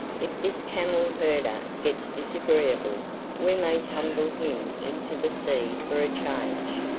if this camel-herder gets disagreeable we may tumble him into the sea for a change.